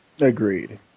Agreed